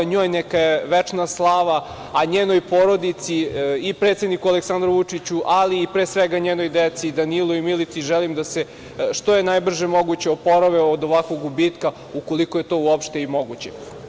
Njoj neka je večna slava, a njenoj porodici i predsedniku Aleksandru Vučiću, ali i njenoj deci Danilu i Milici želim da se što pre oporave od ovakvog gubitka, ukoliko je to uopšte i moguće.